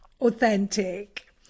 authentic